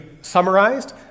summarized